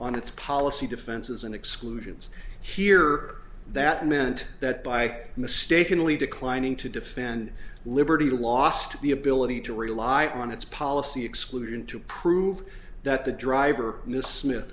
on its policy defenses and exclusions here that meant that by mistakenly declining to defend liberty lost the ability to rely on its policy exclusion to prove that the driver miss smith